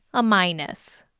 a minus.